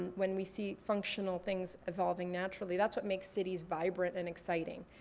and when we see functional things evolving naturally, that's what make cities vibrant and exciting.